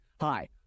Hi